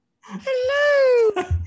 hello